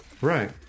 Right